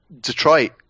Detroit